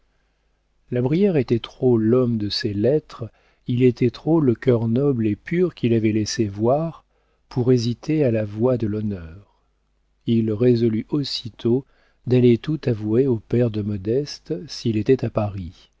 la brière était trop l'homme de ses lettres il était trop le cœur noble et pur qu'il avait laissé voir pour hésiter à la voix de l'honneur il résolut aussitôt d'aller tout avouer au père de modeste s'il était à paris